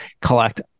collect